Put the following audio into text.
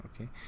okay